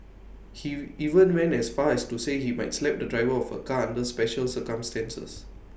he even went as far as to say he might slap the driver of A car under special circumstances